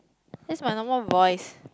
that's my normal voice